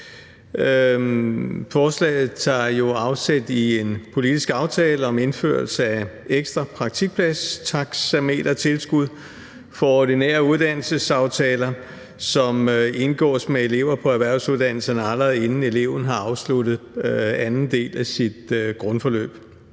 Forslaget tager jo afsæt i en politisk aftale om indførelse af ekstra praktikpladstaxametertilskud for ordinære uddannelsesaftaler, som indgås med elever på erhvervsuddannelserne, allerede inden eleven har afsluttet anden del af sit grundforløb.